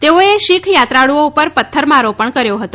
તેઓએ શીખ યાત્રાળુઓ પર પથ્થરમારો પણ કર્યો હતો